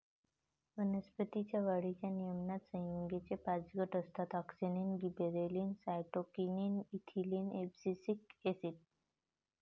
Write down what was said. वनस्पतीं च्या वाढीच्या नियमनात संयुगेचे पाच गट असतातः auxin, gibberellin, cytokinin, ethylene, abscisic acid